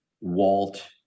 Walt